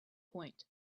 point